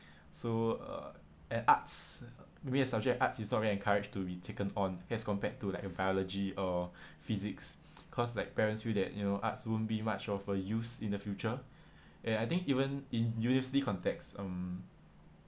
so uh and arts maybe as a subject arts is not really encouraged to be taken on as compared to like biology or physics cause like parents feel that you know arts won't be much of a use in the future and I think even in university context um